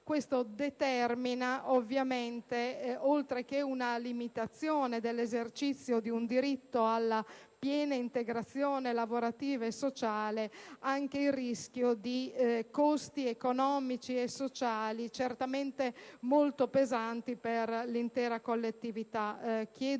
Questo determina ovviamente, oltre che una limitazione dell'esercizio di un diritto alla piena integrazione lavorativa e sociale, anche il rischio di costi economici e sociali certamente molto pesanti per l'intera collettività.